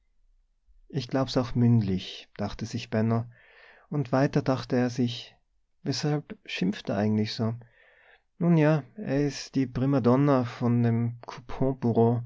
ich glaub's auch mündlich dachte sich benno und weiter dachte er sich weshalb schimpft er eigentlich so nun ja er is die primadonna von